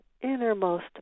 innermost